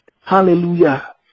Hallelujah